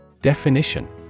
Definition